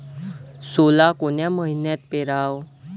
सोला कोन्या मइन्यात पेराव?